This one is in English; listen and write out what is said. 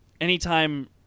Anytime